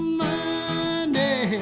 money